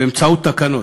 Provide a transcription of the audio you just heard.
באמצעות תקנות.